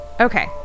Okay